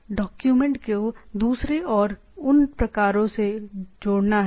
तो एक डॉक्यूमेंट को दूसरे और उन प्रकारों से जोड़ना है